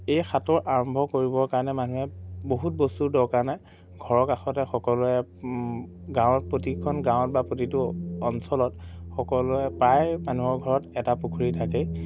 এই সাঁতোৰ আৰম্ভ কৰিবৰ কাৰণে মানুহে বহুত বস্তুৰ দৰকাৰ নাই ঘৰৰ কাষতে সকলোৱে গাঁৱত প্ৰতিখন গাঁৱত বা প্ৰতিটো অঞ্চলত সকলোৱে প্ৰায় মানুহৰ ঘৰত এটা পুখুৰী থাকেই